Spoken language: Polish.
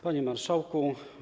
Panie Marszałku!